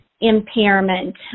impairment